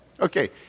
Okay